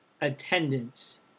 attendance